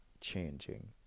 changing